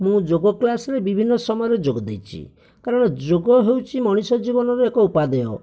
ମୁଁ ଯୋଗ କ୍ଳାସରେ ବିଭିନ୍ନ ସମୟରେ ଯୋଗ ଦେଇଛି କାରଣ ଯୋଗ ହେଉଛି ମଣିଷ ଜୀବନର ଏକ ଉପାଦେୟ